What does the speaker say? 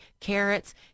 carrots